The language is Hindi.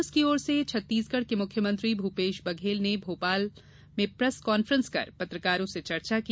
कांग्रेस की ओर से छत्तीसगढ़ के मुख्यमंत्री भूपेश बघेल ने भोपाल में प्रेस कांफ्रेंस कर पत्रकारों से चर्चा की